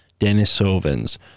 Denisovans